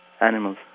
animals